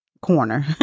corner